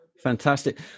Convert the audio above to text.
Fantastic